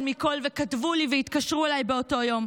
מכול וכתבו לי והתקשרו אליי באותו יום,